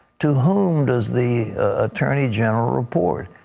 to whom does the attorney general report?